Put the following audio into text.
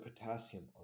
potassium